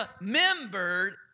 remembered